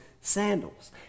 sandals